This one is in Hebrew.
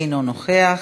אינו נוכח.